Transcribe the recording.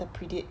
the predict